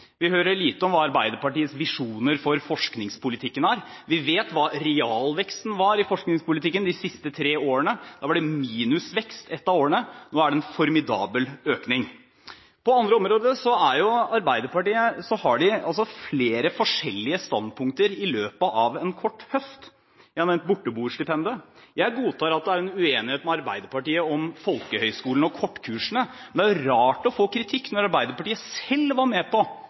Vi hører lite om hva Arbeiderpartiets visjoner for forskningspolitikken er. Vi vet hva realveksten i forskningspolitikken var de siste tre årene – det var minusvekst et av årene. Nå er det en formidabel økning. På andre områder har Arbeiderpartiet hatt flere forskjellige standpunkter i løpet av en kort høst, jeg har nevnt borteboerstipendet. Jeg godtar at det er uenighet med Arbeiderpartiet om folkehøyskolene og kortkursene, men det er rart å få kritikk når Arbeiderpartiet selv var med på